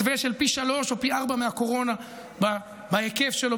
מתווה של פי שלושה או פי ארבעה מהקורונה בהיקף שלו,